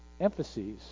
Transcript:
emphases